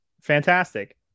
fantastic